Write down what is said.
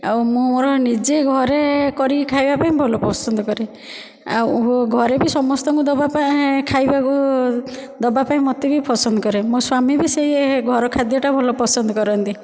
ଆଉ ମୁଁ ମୋର ନିଜେ ଘରେ କରିକି ଖାଇବା ପାଇଁ ଭଲ ପସନ୍ଦ କରେ ଆଉ ଘରେ ବି ସମସ୍ତଙ୍କୁ ଦେବା ପାଇଁ ଖାଇବାକୁ ଦେବା ପାଇଁ ମୋତେ ବି ପସନ୍ଦ କରେ ମୋ ସ୍ୱାମୀ ବି ସେହି ଘର ଖାଦ୍ୟଟା ଭଲ ପସନ୍ଦ କରନ୍ତି